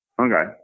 Okay